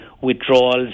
withdrawals